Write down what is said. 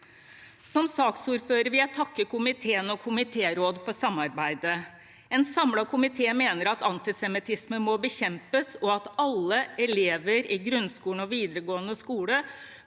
Som saksordfører vil jeg takke komiteen og komitéråd for samarbeidet. En samlet komité mener at antisemittisme må bekjempes, og at alle elever i grunnskolen og videregående skole